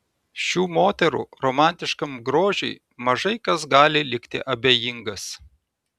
šių moterų romantiškam grožiui mažai kas gali likti abejingas